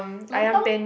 lontong